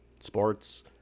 sports